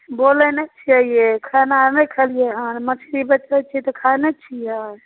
बोलै नहि छिए यै खेनाइ आओर नहि खेलिए हँ मछली बेचै छी तऽ खाइ नहि छिए